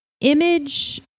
image